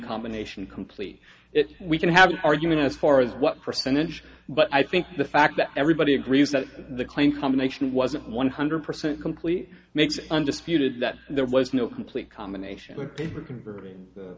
combination complete it we can have an argument as far as what percentage but i think the fact that everybody agrees that the claim combination wasn't one hundred percent complete makes it undisputed that there was no complete combination of paper converting